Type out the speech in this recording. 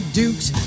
duke's